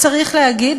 צריך להגיד,